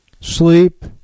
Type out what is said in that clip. sleep